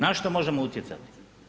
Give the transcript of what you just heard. Na što možemo utjecati?